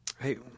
Hey